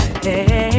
Hey